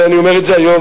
ואני אומר את זה היום,